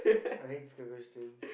I hate these kind of questions